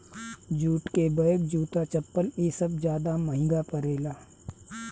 jute के bag, जूता, चप्पल इ सब ज्यादे महंगा परेला